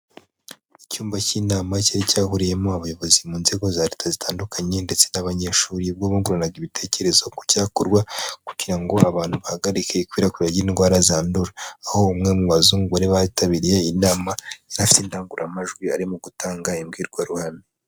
Icyumba k'inama cyari cyahuriyemo abayobozi mu nzego za leta zitandukanye ndetse n'abanyeshuri, ubwo bungurana ibitekerezo ku cyakorwa kugira ngo abantu bahagarike ikwirakwira ry'indwara zandura, aho umwe mu bazungu bari bitabiriye iyi inama yari afite indangururamajwi arimo gutanga imbwirwaruhame.